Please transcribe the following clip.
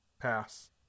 pass